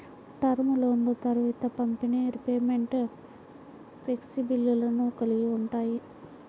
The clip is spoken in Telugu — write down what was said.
టర్మ్ లోన్లు త్వరిత పంపిణీ, రీపేమెంట్ ఫ్లెక్సిబిలిటీలను కలిగి ఉంటాయి